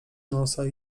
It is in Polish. nosa